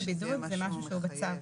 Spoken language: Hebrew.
זה משהו שהוא בצו.